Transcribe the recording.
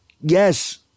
yes